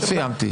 לא סיימתי.